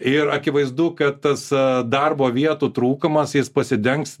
ir akivaizdu kad tas darbo vietų trūkumas jis pasidengs